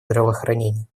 здравоохранения